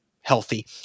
healthy